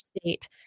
state